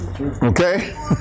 Okay